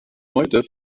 heute